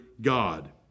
God